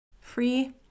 free